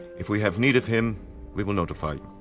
if we have need of him we will notify you.